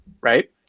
right